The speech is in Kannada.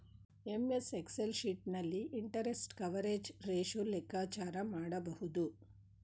ಎಂ.ಎಸ್ ಎಕ್ಸೆಲ್ ಶೀಟ್ ನಲ್ಲಿ ಇಂಟರೆಸ್ಟ್ ಕವರೇಜ್ ರೇಶು ಲೆಕ್ಕಾಚಾರ ಮಾಡಬಹುದು